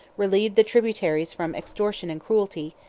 relieved the tributaries from extortion and cruelty,